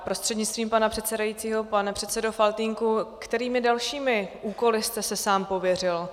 Prostřednictvím pana předsedajícího pane předsedo Faltýnku, kterými dalšími úkoly jste se sám pověřil?